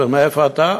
ומאיפה אתה?